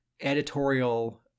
editorial